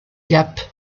gap